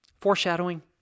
Foreshadowing